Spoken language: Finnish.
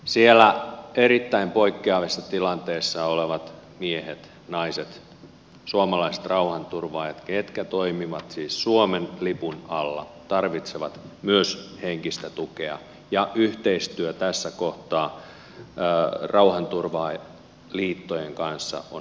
siellä erittäin poikkeavissa tilanteissa olevat miehet naiset suomalaiset rauhanturvaajat jotka toimivat siis suomen lipun alla tarvitsevat myös henkistä tukea ja yhteistyö tässä kohtaa rauhanturvaliittojen kanssa on erittäin suositeltavaa